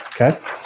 okay